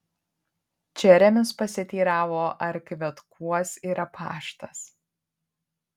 čeremis pasiteiravo ar kvetkuos yra paštas